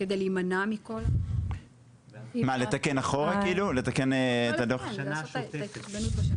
כדי להימנע מכל --- לתקן את הדו"ח אחורה?